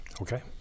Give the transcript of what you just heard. Okay